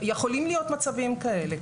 יכולים להיות מצבים כאלה.